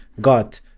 got